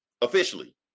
officially